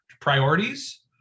priorities